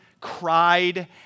cried